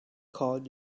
called